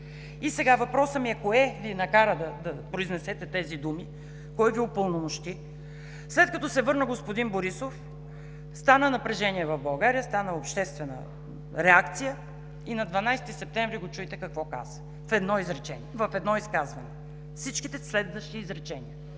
И сега въпросът ми е: кое Ви накара да произнесете тези думи? Кой Ви упълномощи? След като се върна господин Борисов, стана напрежение в България, стана обществена реакция и на 12 септември го чуйте какво каза в едно изказване – всичките следващи изречения.